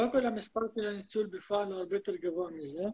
קודם כל המספר של הניצול בפועל הוא הרבה יותר גבוה מזה,